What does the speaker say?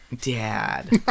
dad